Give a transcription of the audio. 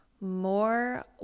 More